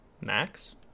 Max